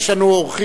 יש לנו אורחים.